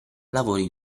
lavori